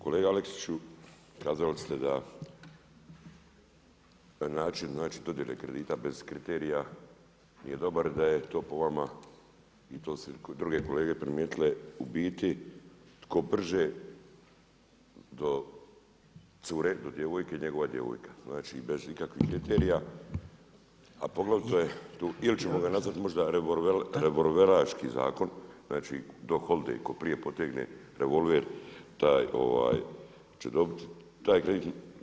Kolega Aleksiću kazali ste na način … dodjele kredita bez kriterija nije dobar i da je to po vama i to su druge kolege primijetile u biti tko brže do cure do djevojke njegova djevojka, znači bez ikakvih kriterija ili ćemo ga nazvati možda revolveraški zakon znači Doc Holliday, tko prije potegne revolver taj će dobiti taj kredit.